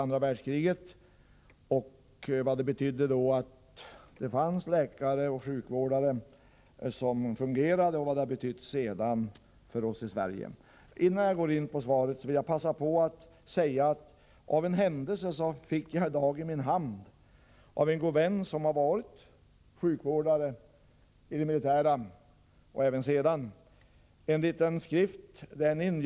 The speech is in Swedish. Jag har också framhållit vad det betydde att det då fanns läkare och sjukvårdare och att det hela fungerade samt vad detta senare betytt för oss i Sverige. Innan jag kommenterar svaret vill jag passa på att säga att jag i dag, av en händelse, av en god vän som varit sjukvårdare i det militära — och även därefter — fick en liten skrift i min hand.